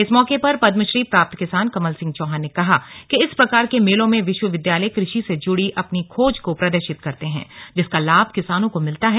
इस मौके पर पदमश्री प्राप्त किसान कवल सिंह चौहान ने कहा कि इस प्रकार के मेलों में विश्वविद्यालय कृषि से जुड़ी अपनी खोज का प्रदर्शित करते हैं जिसका लाभ किसानों को मिलता है